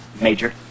Major